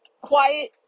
quiet